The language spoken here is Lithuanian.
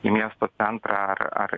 į miesto centrą ar ar